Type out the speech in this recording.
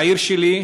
העיר שלי,